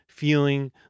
feeling